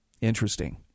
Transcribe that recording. Interesting